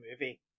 movie